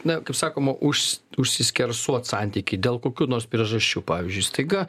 na kaip sakoma už užsiskersuot santykiai dėl kokių nors priežasčių pavyzdžiui staiga